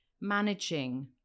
managing